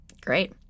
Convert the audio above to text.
Great